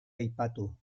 aipatu